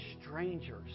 strangers